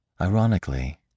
ironically